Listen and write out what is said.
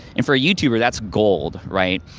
and for a youtuber that's gold, right?